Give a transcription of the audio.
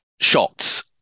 shots